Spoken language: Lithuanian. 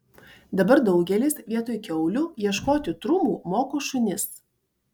dabar daugelis vietoj kiaulių ieškoti trumų moko šunis